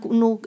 no